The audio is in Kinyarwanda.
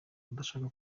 udashaka